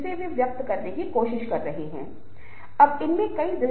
इसलिए आमने सामने बातचीत से बहुत फर्क पड़ता है